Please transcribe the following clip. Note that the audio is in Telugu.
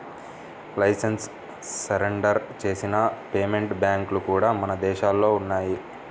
లైసెన్స్ సరెండర్ చేసిన పేమెంట్ బ్యాంక్లు కూడా మన దేశంలో ఉన్నయ్యి